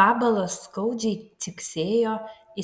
vabalas skaudžiai ciksėjo